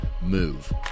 move